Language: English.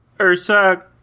Ursa